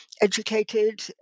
educated